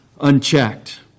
unchecked